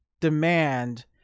demand